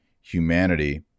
humanity